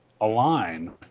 align